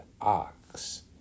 ox